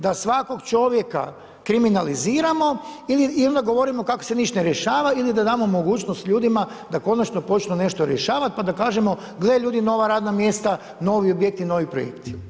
Da svakog čovjeka kriminaliziramo ili govorimo kako se ništa ne rješava ili da damo mogućnost ljudima da konačno počnu nešto rješavati pa da kažem gle ljudi, nova radna mjesta, novi objekti, novi projekti.